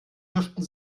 dürften